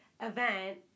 event